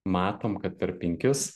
matom kad per penkis